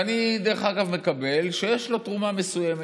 ואני, דרך אגב, מקבל שיש לו תרומה מסוימת.